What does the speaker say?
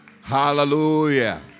Hallelujah